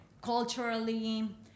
culturally